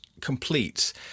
completes